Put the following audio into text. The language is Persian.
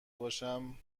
باشم